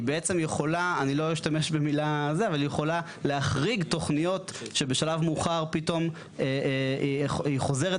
היא בעצם יכולה להחריג תוכניות שבשלב מאוחר פתאום היא חוזרת